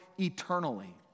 eternally